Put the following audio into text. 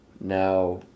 now